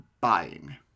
buying